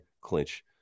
clinch